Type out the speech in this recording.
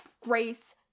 Grace